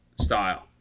style